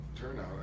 turnout